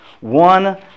one